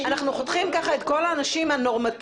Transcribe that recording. אנחנו חותכים כך את כל האנשים הנורמטיביים